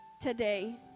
today